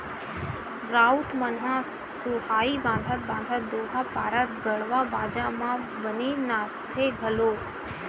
राउत मन ह सुहाई बंधात बंधात दोहा पारत गड़वा बाजा म बने नाचथे घलोक